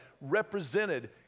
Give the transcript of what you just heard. represented